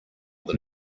than